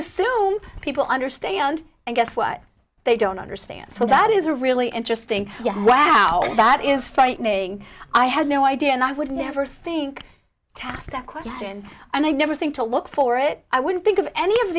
assume people understand and guess what they don't understand so that is a really interesting right now that is frightening i have no idea and i would never think to ask that question and i'd never think to look for it i wouldn't think of any of